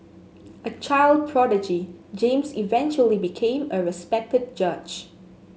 a child prodigy James eventually became a respected judge